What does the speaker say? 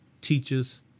teachers